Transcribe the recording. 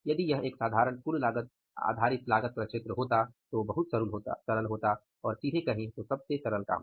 यदि यह एक साधारण कुल लागत आधारित लागत प्रक्षेत्र होता तो बहुत सरल होता और सीधे कहे तो सबसे सरल काम